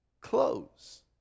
clothes